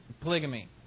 polygamy